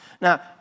Now